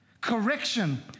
Correction